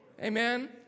Amen